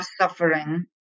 suffering